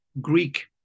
Greek